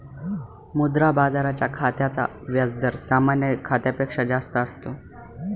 मुद्रा बाजाराच्या खात्याचा व्याज दर सामान्य खात्यापेक्षा जास्त असतो